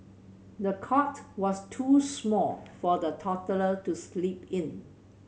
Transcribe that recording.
the cot was too small for the toddler to sleep in